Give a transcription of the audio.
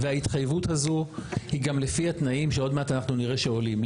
וההתחייבות הזו היא גם לפי התנאים שעוד מעט אנחנו נראה שעולים.